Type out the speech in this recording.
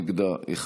נגדה,